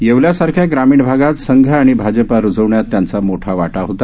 येवल्यासारख्या ग्रामीण भागात संघ आणि भाजपा रूजवण्यात त्यांचा मोठा वाटा होता